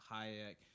Hayek